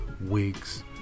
...wigs